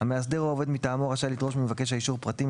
המאסדר או עובד מטעמו רשאי לדרוש ממבקש האישור פרטים,